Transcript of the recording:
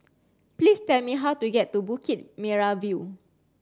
please tell me how to get to Bukit Merah View